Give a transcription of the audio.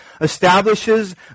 establishes